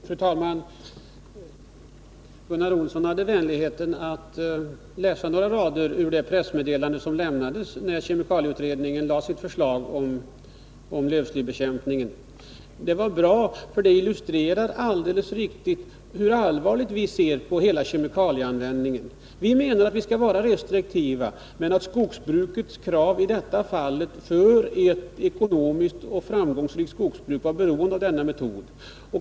Fru talman! Gunnar Olsson hade vänligheten att läsa några rader ur det pressmeddelande som lämnades när kemikalieutredningen lade fram sitt förslag om lövslybekämpningen. Det var bra, för det illustrerar alldeles riktigt hur allvarligt vi ser på kemikalieanvändningen. Vi menar att man måste vara restriktiv, men att skogsbruket i detta fall för att vara ekonomiskt och framgångsrikt är beroende av denna metod.